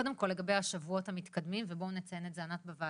קודם כל לגבי השבועות המתקדמים ובואו נציין את זה ענת בוועדה,